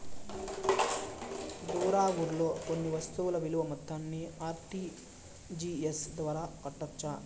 దూర ఊర్లలో కొన్న వస్తు విలువ మొత్తాన్ని ఆర్.టి.జి.ఎస్ ద్వారా కట్టొచ్చా?